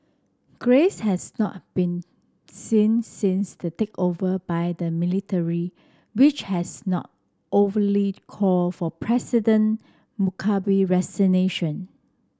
Grace has not been seen since the takeover by the military which has not overtly call for President Mugabe resignation